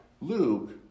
Luke